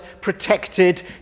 protected